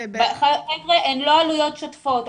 הן לא עלויות שוטפות.